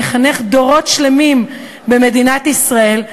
המחנך דורות שלמים במדינת ישראל,